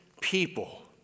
people